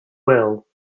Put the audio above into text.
will